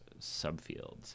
subfields